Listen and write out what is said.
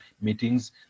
meetings